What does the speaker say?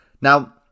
Now